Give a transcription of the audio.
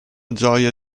gioia